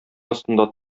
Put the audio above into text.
астында